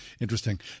Interesting